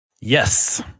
Yes